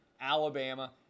Alabama